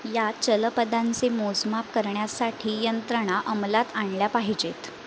या चलपदांचे मोजमाप करण्यासाठी यंत्रणा अंमलात आणल्या पाहिजेत